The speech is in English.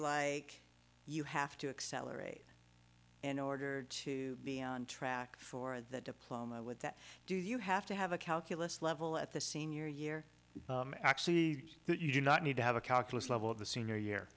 like you have to accelerate in order to be on track for that diploma with that do you have to have a calculus level at the senior year actually that you do not need to have a calculus level of the senior year